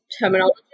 terminology